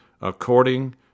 according